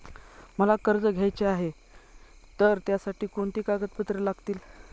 मला कर्ज घ्यायचे आहे तर त्यासाठी कोणती कागदपत्रे लागतील?